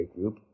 group